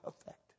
effect